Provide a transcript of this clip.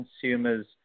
consumers –